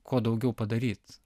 kuo daugiau padaryt